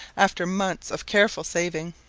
after months of careful saving.